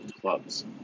clubs